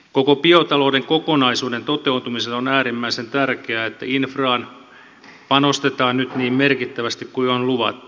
koko biotalouden kokonaisuuden toteutumiselle on äärimmäisen tärkeää että infraan panostetaan nyt niin merkittävästi kuin on luvattu